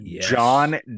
John